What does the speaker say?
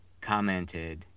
commented